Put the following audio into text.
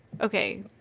Okay